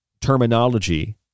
terminology